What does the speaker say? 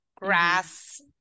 grass